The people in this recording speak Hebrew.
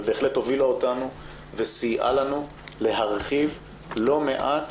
ובהחלט הובילה אותנו וסייעה לנו להרחיב לא מעט